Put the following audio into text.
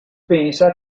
pensa